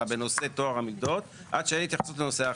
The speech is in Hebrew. בנושא טוהר המידות עד שאין התייחסות בנושא האכיפה.